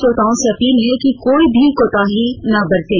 श्रोताओं से अपील है कि कोई भी कोताही ना बरतें